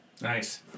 nice